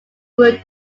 grew